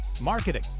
marketing